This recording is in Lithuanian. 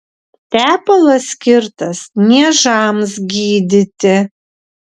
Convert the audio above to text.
tepalas skirtas niežams gydyti